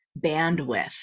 bandwidth